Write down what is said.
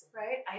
right